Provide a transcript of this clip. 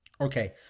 Okay